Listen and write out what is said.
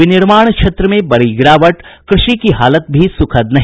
विनिर्माण क्षेत्र में बड़ी गिरावट कृषि की हालत भी सुखद नहीं